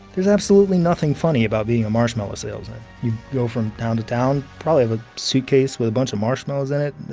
there's absolutely nothing funny about being a marshmallow salesman. you go from town to town, probably have a suitcase with a bunch of marshmallows in it.